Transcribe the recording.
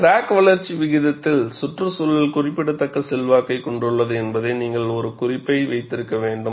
crack வளர்ச்சி விகிதத்தில் சுற்றுச்சூழல் குறிப்பிடத்தக்க செல்வாக்கைக் கொண்டுள்ளது என்பதை நீங்கள் ஒரு குறிப்பை வைத்திருக்க வேண்டும்